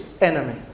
enemy